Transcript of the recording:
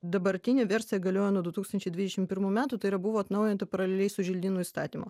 dabartinė versija galioja nuo du tūkstančiai dvidešim pirmų metų tai yra buvo atnaujinta paraleliai su želdynų įstatymu